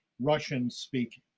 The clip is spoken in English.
Russian-speaking